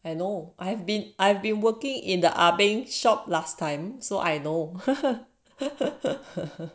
I know I've been I've been working in the ah beng shop last time so I know